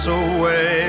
away